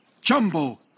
Jumbo